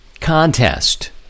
contest